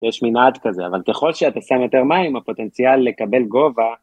יש מנעד כזה, אבל ככל שאתה שם יותר מים הפוטנציאל לקבל גובה.